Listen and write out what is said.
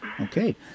Okay